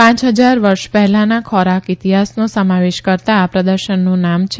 પાંચ ફજાર વર્ષ પહેલાના ખોરાક ઇતિહાસનો સમાવેશ કરતા આ પ્રદર્શનનું નામ છે